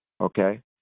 Okay